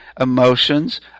emotions